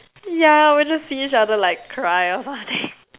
yeah we'll just see each other like cry or something